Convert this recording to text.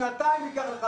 שנתיים ייקח לך,